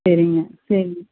சரிங்க சரிங்க